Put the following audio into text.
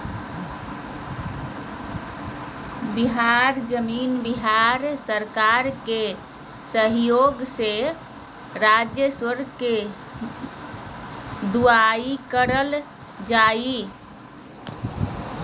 बिहार जमीन बिहार सरकार के सहइोग से राजस्व के दुऔरा करल जा हइ